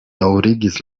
daŭrigis